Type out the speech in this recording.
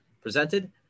presented